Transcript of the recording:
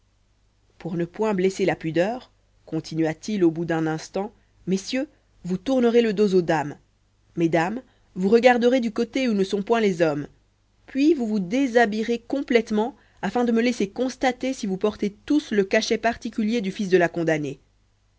pour ne point blesser la pudeur continua-t-il au bout d'un instant messieurs vous tournerez le dos aux dames mesdames vous regarderez du côté où ne sont point les hommes puis vous vous déshabillerez complètement afin de me laisser constater si vous portez tous le cachet particulier du fils de la condamnée